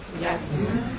Yes